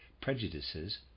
prejudices